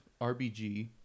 RBG